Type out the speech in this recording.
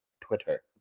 Twitter